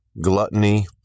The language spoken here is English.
gluttony